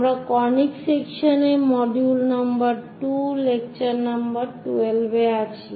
আমরা কনিক সেকশনে module number 2 lecture 12 এ আছি